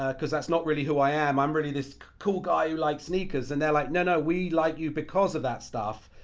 ah cause that's not really who i am i'm really this cool guy who likes sneakers and they're like, no no, we like you because of that stuff.